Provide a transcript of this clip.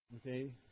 Okay